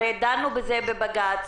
הרי דנו בזה בבג"ץ